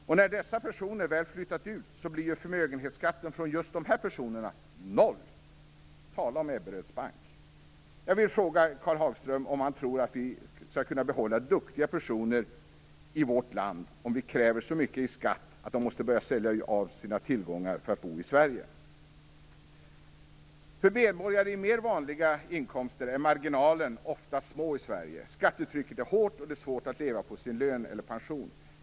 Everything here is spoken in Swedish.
Och när dessa personer väl flyttat ut blir förmögenhetsskatten från just dessa noll. Tala om Ebberöds Bank! Jag vill fråga Karl Hagström hur han tror att vi skall kunna behålla duktiga personer i vårt land om vi kräver så mycket i skatt att de måste börja sälja ut av sina tillgångar för att bo i Sverige. För medborgare med mer vanliga inkomster är marginalerna ofta små i Sverige. Skattetrycket är hårt, och det är svårt att leva på sin lön eller pension.